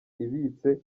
ibitse